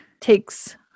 takes